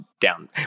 down